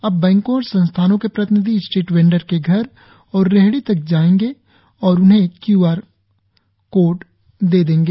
अब बैंकों और संस्थानों के प्रतिनिधि स्ट्रीट वेंडर के घर और रेहड़ी तक आयेंगे और उन्हें क्यूआर कोड देंगे